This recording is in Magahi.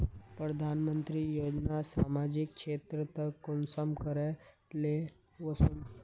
प्रधानमंत्री योजना सामाजिक क्षेत्र तक कुंसम करे ले वसुम?